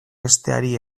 besteari